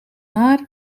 haar